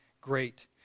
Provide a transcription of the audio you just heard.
great